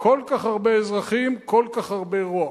לכל כך הרבה אזרחים כל כך הרבה רוע.